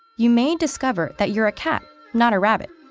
you may discover that you're a cat, not a rabbit,